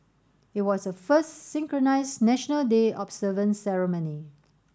it was the first synchronised National Day observance ceremony